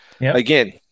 again